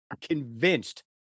convinced